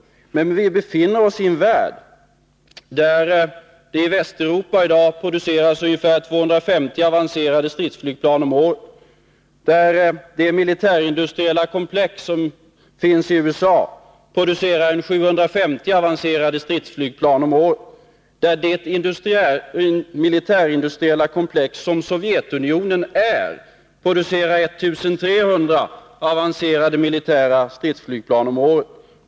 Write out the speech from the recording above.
Men vi befinner oss i en värld där det i Västeuropa i dag produceras ungefär 250 avancerade stridsflygplan om året, där det militärindustriella komplex som finns i USA producerar 750 avancerade stridsflygplan om året, där det militärindustriella komplex som Sovjetunionen är producerar 1390 avancerade militära stridsflygplan om året.